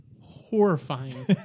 horrifying